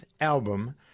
album